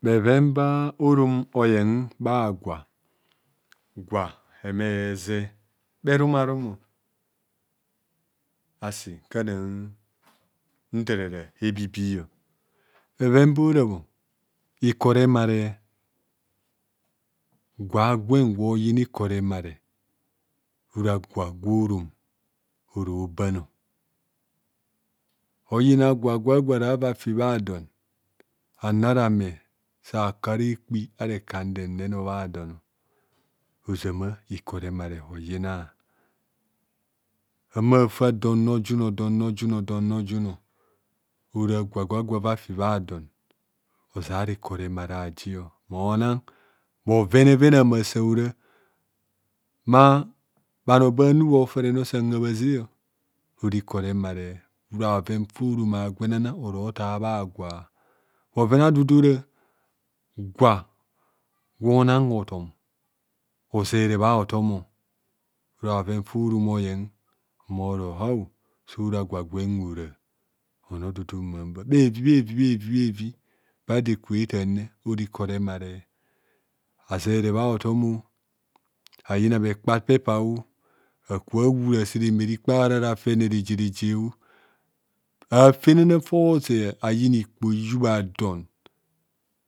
. Bheven ba orom oye bhagwa gwa mme ze bhe rum a'rumo asi kana ntarara ebibi. bheven be ora bho ikor remare gwa a'gwen gwo yina ikor remare ora gwa gwo rom oro bano oyina gwa. gwa gwo ara va fibha don ana ra me sa kara ekpi ara ekandem bha don ozama ikor remare oyina amafa don rojunor don rojunor don rojunor ora gwa gwa gwo ava fi bha don ozara ikor remare aji mona bhovenevene mma sa ora ma bhanor ba bhanor bho fore nor san habhaze ora ikor remare ora bhoven fa orom a'gwenana oro tar bha gwa bhoven a'odudu ora gwa gwo nan hoto ozerw bha hotom ora bhoven fa orom oye moro hao sora gwa gwen ora onodudu mman ban. bhevibhevi bhevi bhevi ba do eketanne ora ikor remare azere bha hotomo ayina bhekpa pepao aka wu ase remerikpe ahara rao afene rejeorejeo afenana faozeb ayina ikpo iyubha don